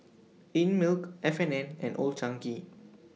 Einmilk F and N and Old Chang Kee